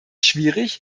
schwierig